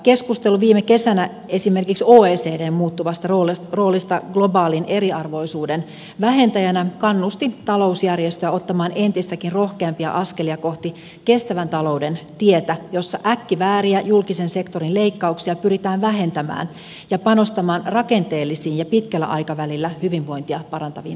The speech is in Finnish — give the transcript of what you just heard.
keskustelu viime kesänä esimerkiksi oecdn muuttuvasta roolista globaalin eriarvoisuuden vähentäjänä kannusti talousjärjestöä ottamaan entistäkin rohkeampia askelia kohti kestävän talouden tietä jossa äkkivääriä julkisen sektorin leikkauksia pyritään vähentämään ja pyritään panostamaan rakenteellisiin ja pitkällä aikavälillä hyvinvointia parantaviin toimiin